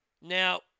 Now